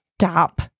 stop